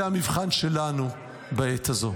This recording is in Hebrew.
זה המבחן שלנו בעת הזאת.